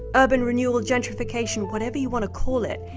urban renewal, gentrification, whatever you want to call it,